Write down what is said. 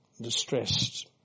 distressed